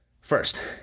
First